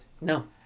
No